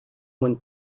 when